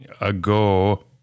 ago